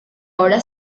ahora